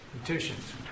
petitions